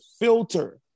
filter